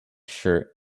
shirt